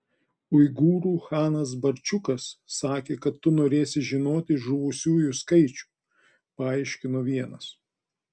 uigūrų chanas barčiukas sakė kad tu norėsi žinoti žuvusiųjų skaičių paaiškino vienas